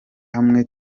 hamwe